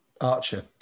Archer